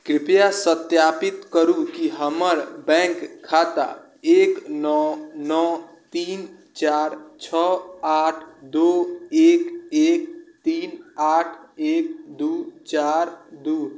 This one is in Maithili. कृपया सत्यापित करु कि हमर बैंक खाता एक नओ नओ तीन चारि छओ आठ दू एक एक तीन आठ एक दू चारि दू